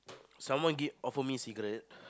someone give offer me cigarette